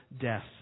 death